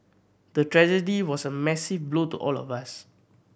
the tragedy was a massive blow to all of us